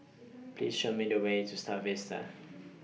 Please Show Me The Way to STAR Vista